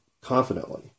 confidently